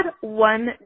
one